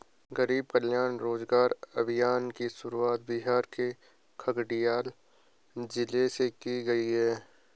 गरीब कल्याण रोजगार अभियान की शुरुआत बिहार के खगड़िया जिले से की गयी है